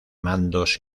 mandos